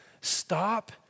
Stop